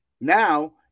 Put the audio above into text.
Now